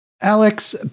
Alex